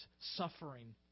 suffering